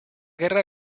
guerra